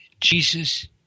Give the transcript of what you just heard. Jesus